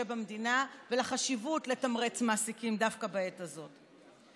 במדינה ולחשיבות לתמרץ מעסיקים דווקא בעת הזאת.